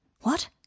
What